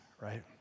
right